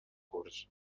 curs